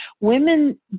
Women